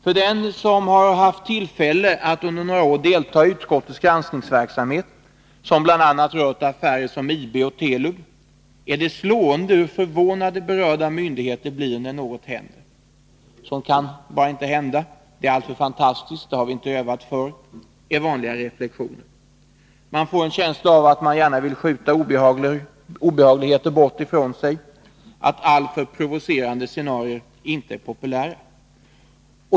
För den som haft tillfälle att under några år delta i utskottets granskningsverksamhet, som bl.a. rört affärer som IB och Telub, är det slående hur förvånade berörda myndigheter blir när något händer. Sådant kan bara inte hända, det är alltför fantastiskt, det har vi inte övat för, är vanliga reflexioner. Jag får en känsla av att man vill skjuta obehagligheter bort ifrån sig, att alltför provocerande scenarier inte är populära.